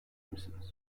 misiniz